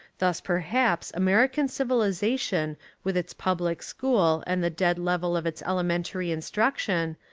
thus perhaps american civilisation with its public school and the dead level of its elementary instruction,